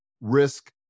risk